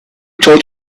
told